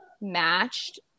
matched